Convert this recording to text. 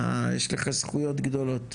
יש לך זכויות גדולות.